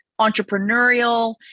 entrepreneurial